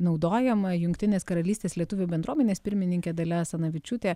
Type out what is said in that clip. naudojama jungtinės karalystės lietuvių bendruomenės pirmininkė dalia asanavičiūtė